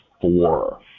four